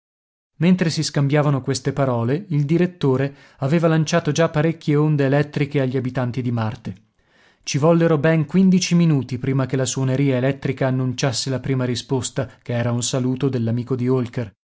mentre si scambiavano queste parole il direttore aveva lanciato già parecchie onde elettriche agli abitanti di marte ci vollero ben quindici minuti prima che la suoneria elettrica annunciasse la prima risposta che era un saluto dell'amico di holker